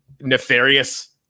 nefarious